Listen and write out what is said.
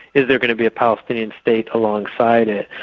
is there going to be a palestinian state alongside it.